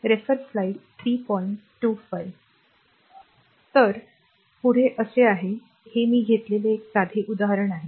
तर पुढे असे आहे हे मी घेतलेले एक साधे उदाहरण आहे